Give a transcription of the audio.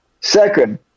Second